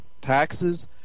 Taxes